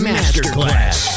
Masterclass